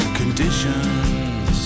conditions